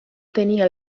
tenia